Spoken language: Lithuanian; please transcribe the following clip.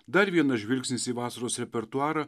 dar vienas žvilgsnis į vasaros repertuarą